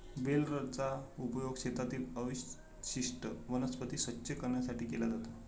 बेलरचा उपयोग शेतातील अवशिष्ट वनस्पती स्वच्छ करण्यासाठी केला जातो